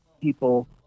people